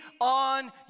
on